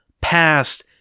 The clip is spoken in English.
past